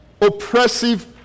oppressive